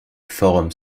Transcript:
forum